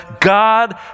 God